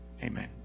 Amen